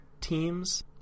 teams